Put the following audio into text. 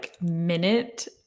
minute